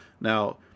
Now